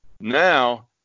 now